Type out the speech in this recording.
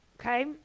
okay